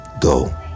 Go